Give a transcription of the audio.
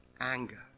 anger